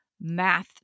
math